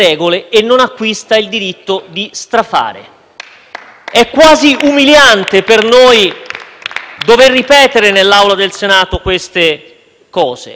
dover ripetere nell'Aula del Senato queste cose, ma vediamo che c'è, da parte delle forze della maggioranza e da parte del Governo,